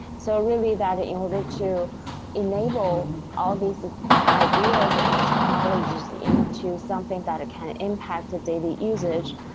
so really that in order to enable all these ideas and the technologies into something that can impact a daily usage,